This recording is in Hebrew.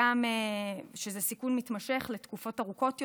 שזה סיכון מתמשך לתקופות ארוכות יותר,